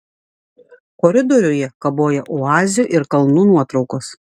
koridoriuje kabojo oazių ir kalnų nuotraukos